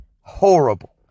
horrible